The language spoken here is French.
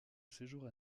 séjour